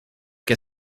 que